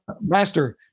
Master